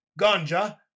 Ganja